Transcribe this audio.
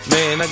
Man